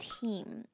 team